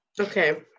Okay